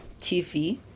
TV